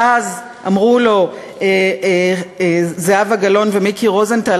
ואז אמרו לו זהבה גלאון ומיקי רוזנטל: